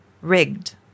Rigged